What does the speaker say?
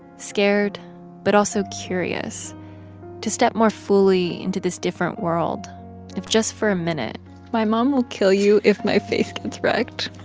scared but also curious to step more fully into this different world if just for a minute my mom will kill you if my face gets wrecked.